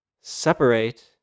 Separate